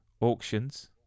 auctions